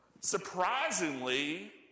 Surprisingly